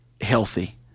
healthy